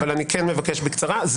אבל אני מבקש בקצרה.